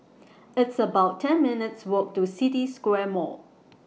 It's about ten minutes' Walk to City Square Mall